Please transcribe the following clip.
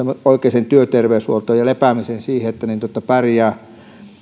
oikeaan työterveyshuoltoon ja lepäämiseen siihen että pärjää